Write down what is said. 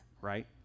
right